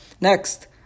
next